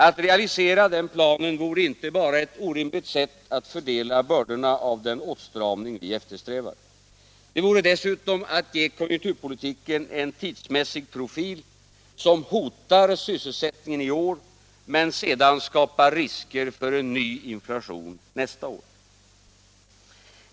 Att realisera den planen vore inte bara ett orimligt sätt att fördela bördorna av den åtstramning vi eftersträvar; det vore dessutom att ge konjunkturpolitiken en tidsmässig profil som hotar sysselsättningen i år men sedan skapar risker för en ny inflation nästa år.